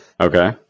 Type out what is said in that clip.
Okay